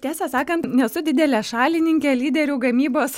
tiesą sakant nesu didelė šalininkė lyderių gamybos